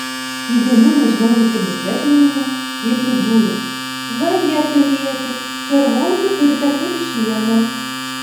įdėmiau nužvelgusi bufetininką ji pridūrė vaje pilieti červoncų turite kaip šieno